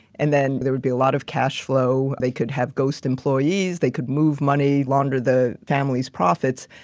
and then there would be a lot of cash flow. they could have ghost employees, they could move money, launder the family's profits.